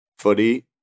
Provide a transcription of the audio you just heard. footy